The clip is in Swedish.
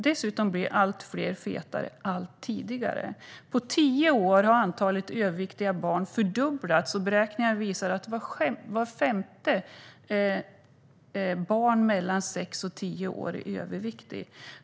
Dessutom blir allt fler fetare allt tidigare. På tio år har antalet överviktiga barn fördubblats, och beräkningar visar att vart femte barn mellan sex och tio år är överviktigt.